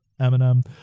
Eminem